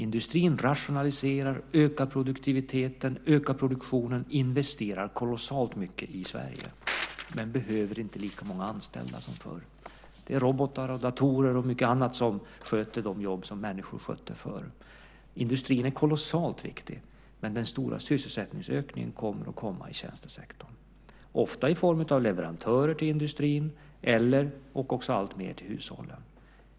Industrin rationaliserar, ökar produktiviteten, ökar produktionen och investerar kolossalt mycket i Sverige men behöver inte lika många anställda som förr. Det är robotar, datorer och mycket annat som sköter de jobb som människor skötte förr. Industrin är kolossalt viktig, men den stora sysselsättningsökningen kommer att komma i tjänstesektorn, ofta i form av leverantörer till industrin eller, och också alltmer, till hushållen.